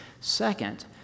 Second